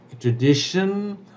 tradition